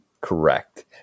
correct